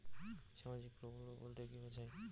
সামাজিক প্রকল্প বলতে কি বোঝায়?